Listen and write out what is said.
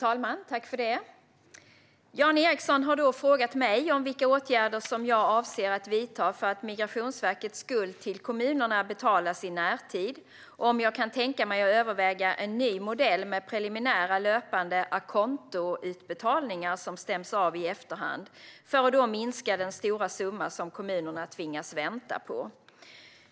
Fru talman! Jan Ericson har frågat mig om vilka åtgärder jag avser att vidta för att Migrationsverkets skuld till kommunerna betalas i närtid och om jag kan tänka mig att överväga en ny modell med preliminära löpande a conto-utbetalningar som stäms av i efterhand för att minska den stora summa kommunerna tvingas vänta på.